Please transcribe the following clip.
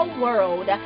world